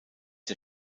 der